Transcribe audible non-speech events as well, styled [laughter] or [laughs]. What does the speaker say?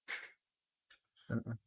[laughs] a'ah